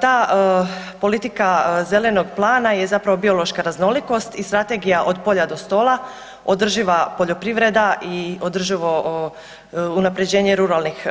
Ta politika zelenog plana je zapravo biološka raznolikost i strategija od polja do stola, održiva poljoprivreda i održivo unapređenje ruralnih